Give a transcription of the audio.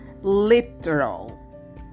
literal